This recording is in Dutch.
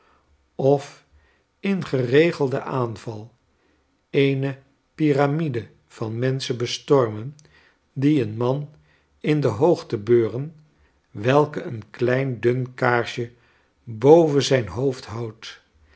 of in geregelden aanval eene piramide van menschen bestormen die een man in de hoogte beuren welke een klein dun kaarsje boven zijn hoofd houdt